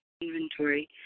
inventory